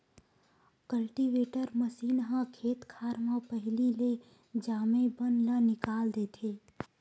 cultivator machine ह खेत खार म पहिली ले जामे बन ल निकाल देथे